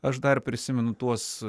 aš dar prisimenu tuos